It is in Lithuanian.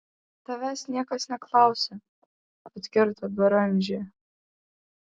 tavęs niekas neklausia atkirto beranžė